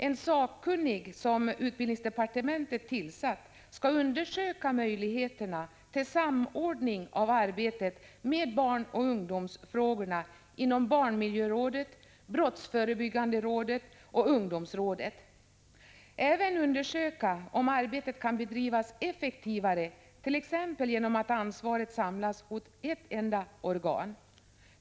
En sakkunnig som utbildningsdepartementet har tillsatt skall undersöka möjligheterna till samordning av arbetet med barnoch ungdomsfrågorna inom barnmiljörådet, brottsförebyggande rådet och ungdomsrådet. Även frågan om arbetet kan bedrivas effektivare, t.ex. genom att ansvaret samlas hos ett enda organ, skall undersökas.